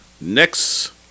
Next